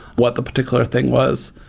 what the particular thing was.